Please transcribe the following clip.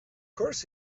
course